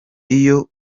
iyo